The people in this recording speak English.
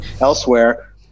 elsewhere